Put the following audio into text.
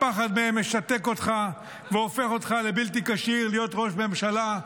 הפחד מהם משתק אותך והופך אותך לבלתי כשיר להיות ראש ממשלה,